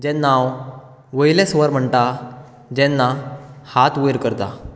जेन्ना हांव वयले स्वर म्हणटा जेन्ना हात वयर करतां